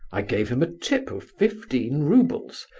i gave him a tip of fifteen roubles,